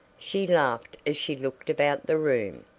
she laughed as she looked about the room.